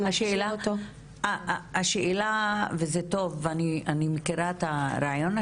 זה טוב, אני מכירה את הרעיון.